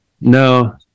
no